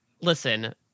Listen